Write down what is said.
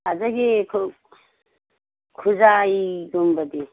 ꯑꯗꯒꯤ ꯈꯨꯖꯥꯏꯒꯨꯝꯕꯗꯤ